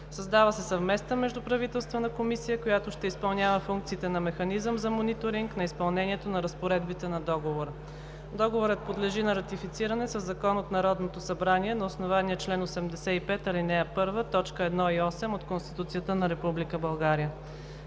Създава се Съвместна междуправителствена комисия, която ще изпълнява функциите на механизъм за мониторинг на изпълнението на разпоредбите на Договора. Договорът подлежи на ратифициране със закон от Народното събрание на основание чл. 85, ал. 1, т. 1 и 8 от Конституцията на Република България.